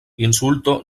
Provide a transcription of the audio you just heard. insulto